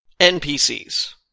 NPCs